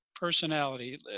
personality